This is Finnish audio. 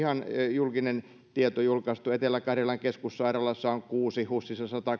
julkinen tieto julkaistu etelä karjalan keskussairaalassa on kuusi husissa